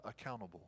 accountable